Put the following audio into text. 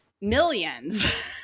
millions